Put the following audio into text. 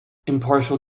impartial